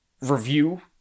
review